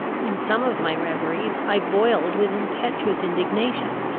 in some of my reveries i boiled with impetuous indignation,